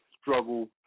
struggle